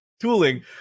tooling